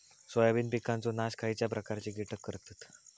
Soybean पिकांचो नाश खयच्या प्रकारचे कीटक करतत?